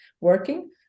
working